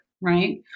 right